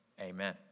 Amen